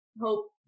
hope